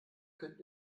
könnt